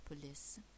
police